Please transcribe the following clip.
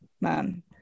man